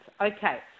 Okay